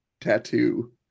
tattoo